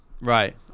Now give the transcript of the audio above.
right